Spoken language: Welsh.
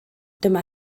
dyma